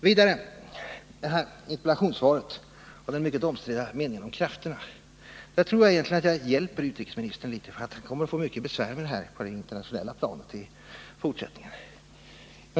Beträffande den mycket omstridda meningen i interpellationssvaret om ”krafterna” tror jag egentligen att jag hjälper utrikesministern litet grand därför att han kommer att få mycket besvär med detta på det internationella planet i fortsättningen.